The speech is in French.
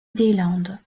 zélande